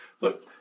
look